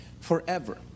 forever